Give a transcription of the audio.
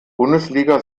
bundesliga